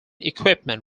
equipment